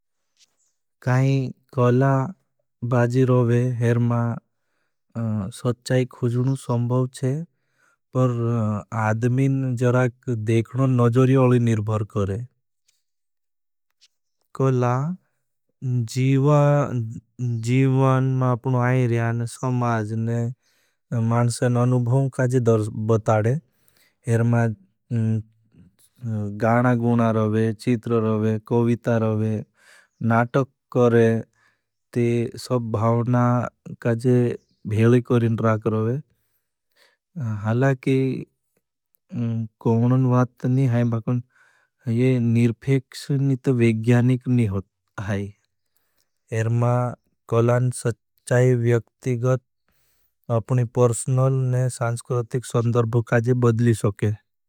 कॉला बाजी रोभे, हर मा सच्चाई खुजूनु सम्भाव छे। पर आदमीन जराग देखनों नज़री अलि निर्भर करें। कॉला जीवान मा अपनो आयरिया ने समाज ने मानस्यन अनुभाव काजे बताडे। हर मा गाना गुणा रोभे, चीत्र रोभे, कविता रोभे, नाटक करें। ते सब भावना काजे भेली करिन राख रोभे। हला कि कॉनन वात ने हैं भागुन, ये निर्फेक्षनित वेज्ञानिक ने है। हर मा कॉनन सच्चाई व्यक्तिगत अपनी परस्णल ने सांस्कुरतिक संदर्भुकाजे बदली सोके।